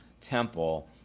temple